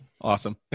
Awesome